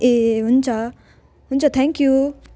ए हुन्छ हुन्छ थ्याङ्क्यु